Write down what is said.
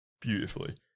beautifully